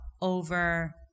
over